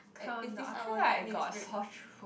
count I feel like I got sore throat